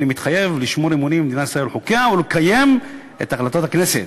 "אני מתחייב לשמור אמונים למדינת ישראל ולחוקיה ולקיים את החלטות הכנסת"